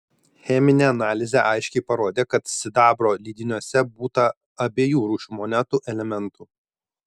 cheminė analizė aiškiai parodė kad sidabro lydiniuose būta abiejų rūšių monetų elementų